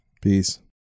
Peace